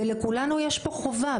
ולכולנו יש פה חובה,